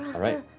right.